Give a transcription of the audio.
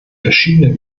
verschiedenen